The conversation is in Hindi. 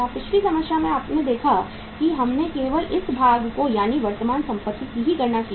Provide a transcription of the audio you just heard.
पिछली समस्या में आपने देखा है कि हमने केवल इस भाग की यानी की वर्तमान संपत्ति की ही गणना की थी